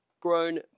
Grown